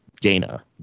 Dana